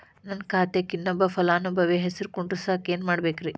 ನನ್ನ ಖಾತೆಕ್ ಇನ್ನೊಬ್ಬ ಫಲಾನುಭವಿ ಹೆಸರು ಕುಂಡರಸಾಕ ಏನ್ ಮಾಡ್ಬೇಕ್ರಿ?